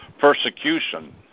persecution